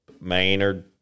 Maynard